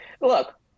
Look